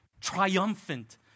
triumphant